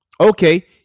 Okay